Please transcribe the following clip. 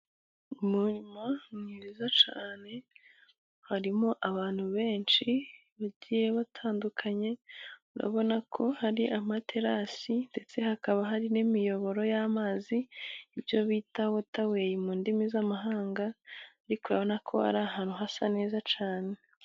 umurimo mwiza cyane ,harimo abantu benshi ,bagiye batandukanye, urabona ko hari amaterasi ,ndetse hakaba hari n'imiyoboro y'amazi iyo bita water way mu ndimi z'amahanga ,ariko urabona ko ari ahantu hasa neza cyane.